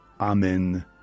Amen